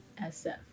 SF